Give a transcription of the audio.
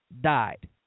died